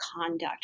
conduct